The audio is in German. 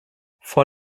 vor